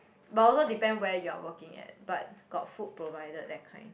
but also depends where you are working at but got food provided that kind